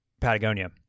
Patagonia